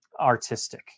artistic